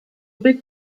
big